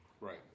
Right